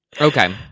okay